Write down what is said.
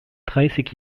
dreißig